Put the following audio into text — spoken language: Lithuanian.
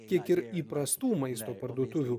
kiek ir įprastų maisto parduotuvių